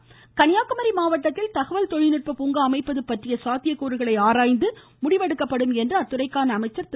மணிகண்டன் கன்னியாகுமரி மாவட்டத்தில் தகவல் தொழில்நுட்ப பூங்கா அமைப்பது பற்றிய சாத்தியக்கூறுகளை ஆராய்ந்து முடிவெடுக்கப்படும் என்று அத்துறைக்கான அமைச்சா் திரு